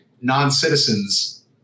non-citizens